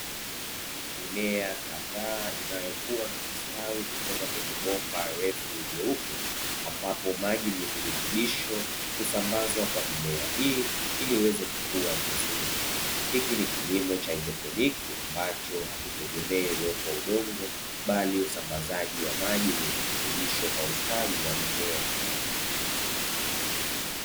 Mimea kadhaa inayokuwa na kustawi kutoka kwenye bomba refu jeupe ambapo maji yenye virutubisho husambazwa kwa mimea hii ili iweze kukua vizuri, hiki ni kilimo cha haidroponi ambacho hakitegemei uwepo wa udongo bali usambazaji wa maji yenye virutubisho kwa ustawi wa mimea.